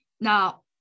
Now